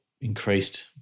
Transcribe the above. increased